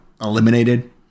eliminated